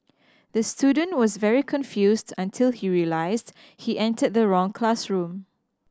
the student was very confused until he realised he entered the wrong classroom